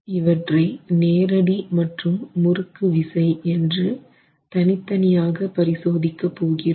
இவற்றை நேரடி மற்றும் முறுக்கு விசை என்று தனித்தனியாக பரிசோதிக்க போகிறோம்